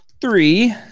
three